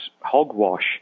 hogwash